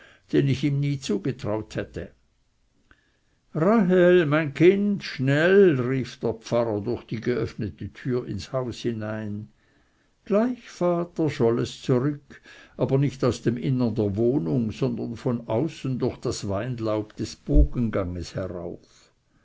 den ich ihm nie zugetraut hätte rahel mein kind schnell rief der pfarrer durch die geöffnete türe ins haus hinein gleich vater scholl es zurück aber nicht aus dem innern der wohnung sondern von außen durch das weinlaub des bogenganges herauf